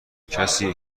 کسیه